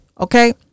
okay